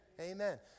Amen